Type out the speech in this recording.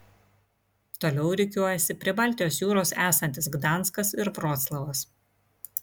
toliau rikiuojasi prie baltijos jūros esantis gdanskas ir vroclavas